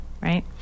right